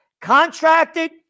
Contracted